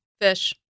fish